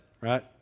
right